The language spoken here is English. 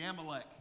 Amalek